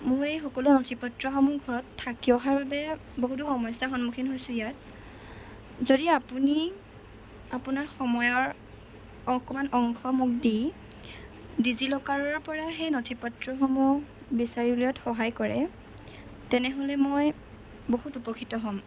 মোৰ এই সকলো নথি পত্ৰসমূহ ঘৰত থাকি অহাৰ বাবে বহুতো সমস্যাৰ সন্মুখীন হৈছোঁ ইয়াত যদি আপুনি আপোনাৰ সময়ৰ অকণমান অংশ মোক দি ডিজিলকাৰৰপৰা সেই নথি পত্ৰসমূহ বিচাৰি উলিওৱাত সহায় কৰে তেনেহ'লে মই বহুত উপকৃত হ'ম